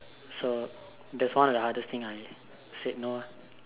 so that's one of the hardest thing I said no ah